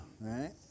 right